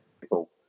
people